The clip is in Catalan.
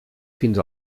fins